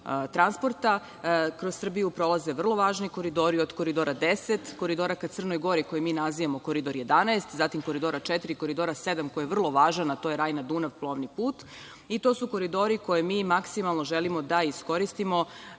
transporta, kroz Srbiju prolaze vrlo važni koridori, od Koridora 10, koridora ka Crnoj Gori koji mi nazivamo Koridor 11, zatim Koridora 4, Koridora 7 koji je vrlo važan, a to je Rajna-Dunav plovni put. To su koridori koje mi maksimalno želimo da iskoristimo.